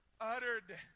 uttered